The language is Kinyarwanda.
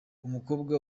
umukobwa